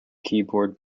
keyboard